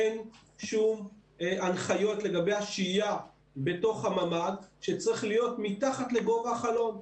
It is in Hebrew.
אין שום הנחיות לגבי השהייה בתוך הממ"ד שצריך להיות מתחת לגובה החלון.